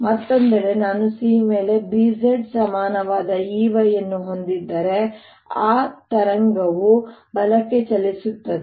ಮತ್ತೊಂದೆಡೆ ನಾನು C ಮೇಲೆ B z ಸಮನಾದ E y ಅನ್ನು ಹೊಂದಿದ್ದರೆ ಒಂದು ಅಲೆಯು ಬಲಕ್ಕೆ ಚಲಿಸುತ್ತದೆ